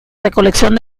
recolección